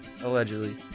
Allegedly